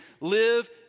live